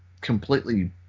completely